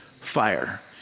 fire